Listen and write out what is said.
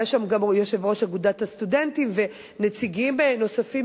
היו גם יושב-ראש אגודת הסטודנטים ונציגים נוספים,